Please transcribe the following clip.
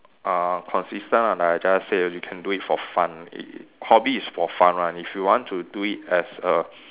uh consistent ah like I just said you can do it for fun it hobby is for fun one if you want to do it as a